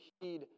heed